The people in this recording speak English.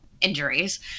injuries